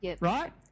right